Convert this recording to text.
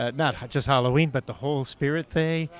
ah not just halloween, but the whole spirit thing.